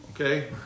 okay